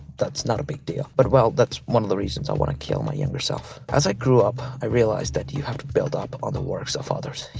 that's not a big deal but well, that's one of the reasons i wanna kill my younger self. as i grew up, i realized that you have to build up on the works of others.